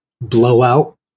blowout